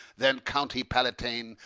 then county palatine,